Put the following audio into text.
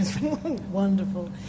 wonderful